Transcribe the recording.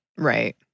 Right